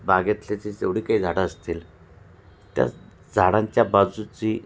बागेतली जे जेवढी काही झाडं असतील त्याच झाडांच्या बाजूची